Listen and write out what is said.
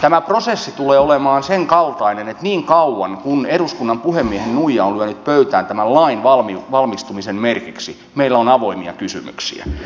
tämä prosessi tulee olemaan sen kaltainen että niin kauan kunnes eduskunnan puhemiehen nuija on lyönyt pöytään tämän lain valmistumisen merkiksi meillä on avoimia kysymyksiä